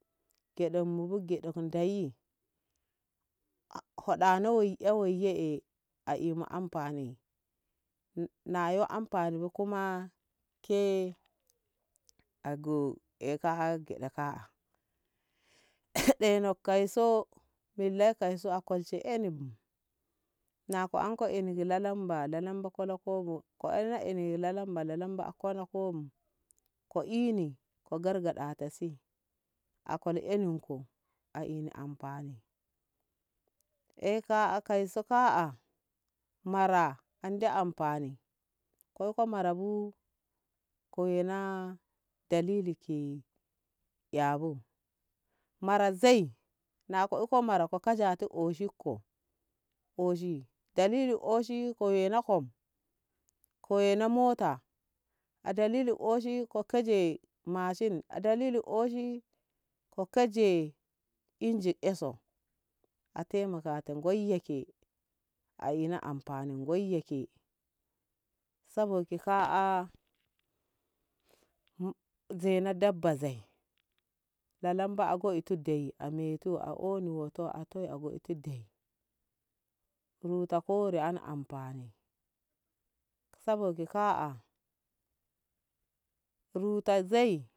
Ngeɗenmu mungeɗe ndeyi a' hoɗano woi yee eh a emu amfani na yo amfanibu kuma ke ago eka geɗe ka'a heɗeno kai so milla kai so a kolshe ina bu na ko anko ini na lalamba lalamba kolo kobo ko ena lalamba lalamba ko na kobu ko ini ko gargaɗa ta si a kol inni ko a ini amfani e ka a kai so ka'a mara a andi amafani ko ka mara bu ko ye na dalili ke yabu mara zei na ko iko mara ko zati oshitko oshi dalili oshi ko we na kom ko wena mota, a dalili oshi ko kaje mashin a dalili oshi ko kaje inji e so ate makata ngoyeke a ina amfani ngoyeke sabo ki ka'a ze na dabba zoi lalamba goitu deyi a metu a oni wo'oto a toi a oto dai ruta kori ani amfani sabogi ƙa'a zuta zoi.